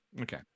Okay